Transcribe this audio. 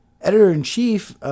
Editor-in-chief